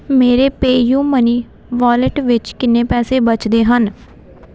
ਮੇਰੇ PayU money wallet ਵਿੱਚ ਕਿੰਨੇ ਪੈਸੇ ਬਚਦੇ ਹਨ